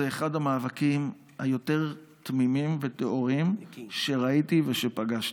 זה אחד המאבקים היותר-תמימים וטהורים שראיתי ושפגשתי.